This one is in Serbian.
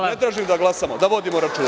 Ne tražim da glasamo, da vodimo računa.